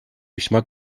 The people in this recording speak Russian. весьма